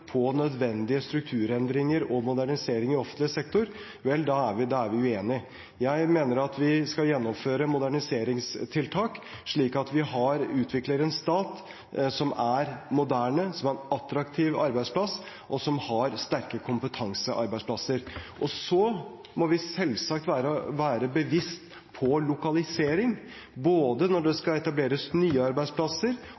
på nødvendige strukturendringer og modernisering i offentlig sektor, vel, da er vi uenige. Jeg mener at vi skal gjennomføre moderniseringstiltak, slik at vi utvikler en stat som er moderne, som er en attraktiv arbeidsplass, og som har sterke kompetansearbeidsplasser. Og så må vi selvsagt være bevisst på lokalisering, både når det